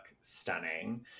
stunning